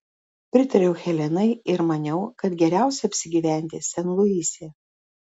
pritariau helenai ir maniau kad geriausia apsigyventi sent luise